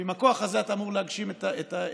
ועם הכוח הזה אתה אמור להגשים את ה-vision.